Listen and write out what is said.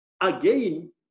Again